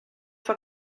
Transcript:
fue